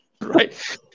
Right